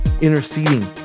interceding